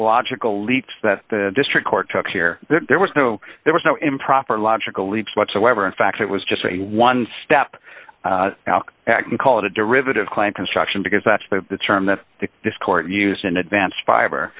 logical leaps that the district court took here there was no there was no improper logical leaps whatsoever in fact it was just a one step out act and call it a derivative claim construction because that's the term that this court used in advance fi